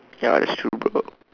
ya that's true bro